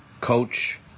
Coach